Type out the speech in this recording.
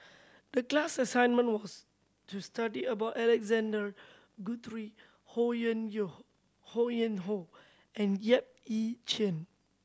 the class assignment was to study about Alexander Guthrie Ho Yuen Yo Ho Yuen Hoe and Yap Ee Chian